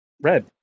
Red